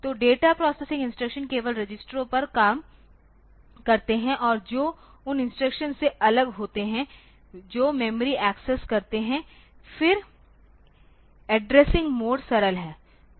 तो data processing instruction केवल रजिस्टरों पर काम करते हैं और जो उन इंस्ट्रक्शन से अलग होते हैं जो मेमोरी एक्सेस करते हैं फिर एड्रेसिंग मोड सरल है